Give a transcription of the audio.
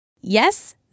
Yes